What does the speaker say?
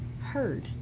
heard